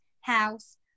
house